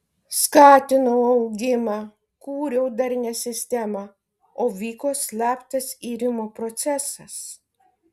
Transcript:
skatinau augimą kūriau darnią sistemą o vyko slaptas irimo procesas